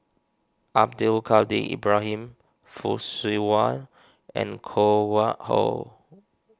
Abdul Kadir Ibrahim Fock Siew Wah and Koh Nguang How